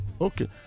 Okay